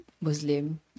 Muslim